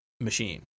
machine